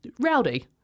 rowdy